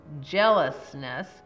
jealousness